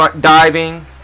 diving